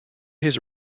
his